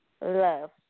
love